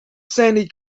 sandy